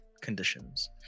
conditions